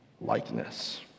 likeness